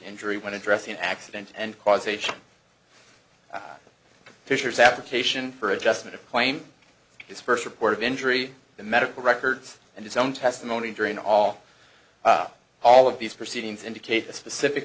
injury when addressing an accident and causation fisher's application for adjustment of claim his first report of injury the medical records and his own testimony during all up all of these proceedings indicate a specific